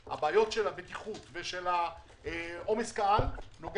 הצרה יכולה להתרחש בחניון, והחניון גם